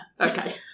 Okay